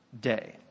day